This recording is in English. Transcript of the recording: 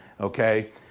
Okay